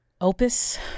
Opus